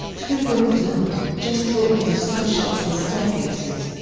kubrick was not just talking of stunt shots and staircases.